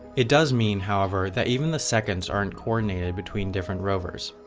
it does mean, however, that even the seconds aren't coordinated between different rovers.